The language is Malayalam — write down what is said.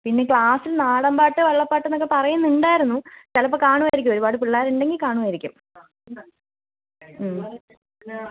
പിന്നെ ക്ലാസ്സിൽ നാടൻ പാട്ട് വള്ളപ്പാട്ട് എന്നൊക്കെ പറയുന്നുണ്ടായിരുന്നു ചിലപ്പോൾ കാണുമായിരിക്കും ഒരുപാട് പിള്ളേർ ഉണ്ടെങ്കിൽ കാണുമായിരിക്കും